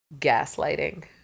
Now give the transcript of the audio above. gaslighting